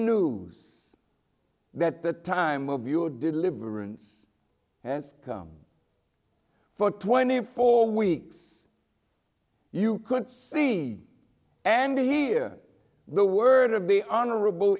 news that the time of your deliverance as come for twenty four weeks you could see and hear the word of the honorable